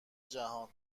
جهان